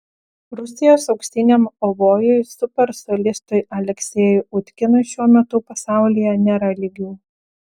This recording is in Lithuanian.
rusijos auksiniam obojui super solistui aleksejui utkinui šiuo metu pasaulyje nėra lygių